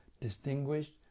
distinguished